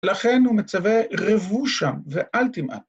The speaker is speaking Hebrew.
לכן הוא מצווה רבושה, ואל תמעט.